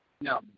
No